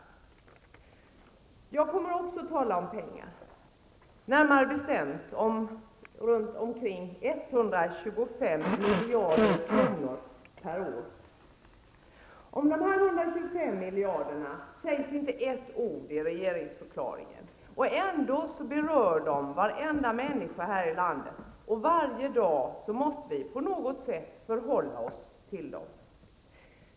Också jag kommer att tala om pengar, närmare betämt om runt 125 miljarder kronor per år. Om dessa 125 miljarder sägs inte ord i regeringsförklaringen. Ändå berör de varenda människa här i landet, och varje dag måste vi på något sätt förhålla oss till dem.